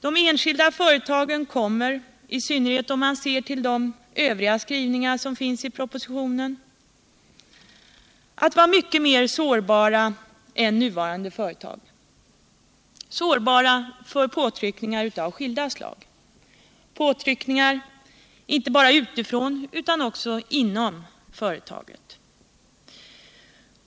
De enskilda företagen kommer, i synnerhet om man ser till de övriga skrivningar som finns i propositionen, att vara mycket mer sårbara för påtryckningar av skilda slag än nuvarande företag, och påtryckningar inte bara utifrån utan också inom företaget.